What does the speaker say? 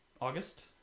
August